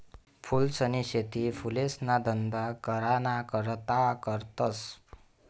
फूलसनी शेती फुलेसना धंदा कराना करता करतस